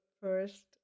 first